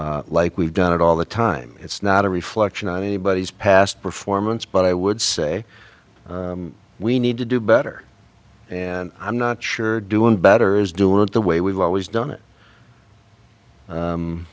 like we've done it all the time it's not a reflection on anybody's past performance but i would say we need to do better and i'm not sure doing better is do it the way we've always done it